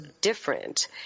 different